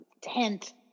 tent